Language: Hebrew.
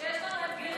מיכל, חברת הכנסת רוזין.